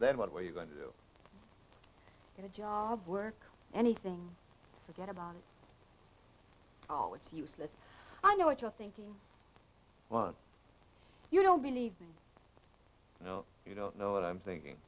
then what are you going to do get a job work anything forget about it oh it's useless i know what you're thinking well if you don't believe me you know you don't know what i'm thinking